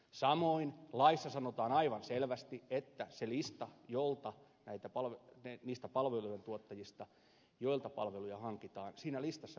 samoin laissa sanotaan aivan selvästi että siinä listassa niistä palveluntuottajista joilta palveluja hankitaan pitää olla myös hinnat mukana